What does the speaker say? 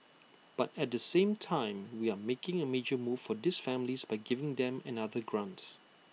but at the same time we are making A major move for these families by giving them another grants